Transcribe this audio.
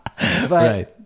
Right